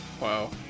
Wow